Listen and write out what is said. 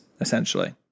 essentially